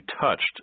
touched